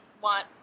want